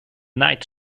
night